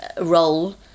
role